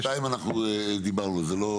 דבר שני, אנחנו דיברנו על זה.